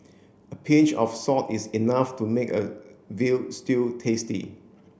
a pinch of salt is enough to make a veal stew tasty